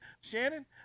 Shannon